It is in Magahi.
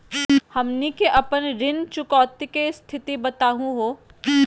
हमनी के अपन ऋण चुकौती के स्थिति बताहु हो?